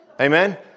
Amen